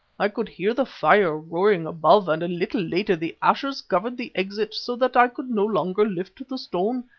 i could hear the fire roaring above and a little later the ashes covered the exit so that i could no longer lift the stone,